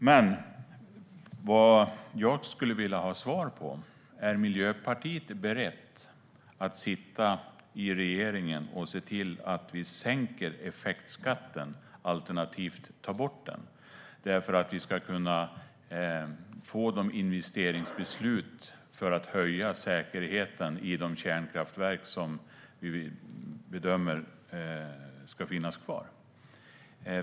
Jag skulle vilja ha svar på om Miljöpartiet är berett att sitta i regeringen och se till att sänka effektskatten alternativt ta bort den så att det blir de investeringsbeslut som behövs för att höja säkerheten i de kärnkraftverk som bedöms ska finnas kvar.